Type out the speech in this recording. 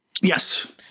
Yes